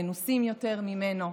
מנוסים יותר ממנו,